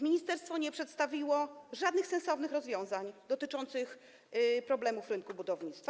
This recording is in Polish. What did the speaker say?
Ministerstwo nie przedstawiło żadnych sensownych rozwiązań dotyczących problemów na rynku budownictwa.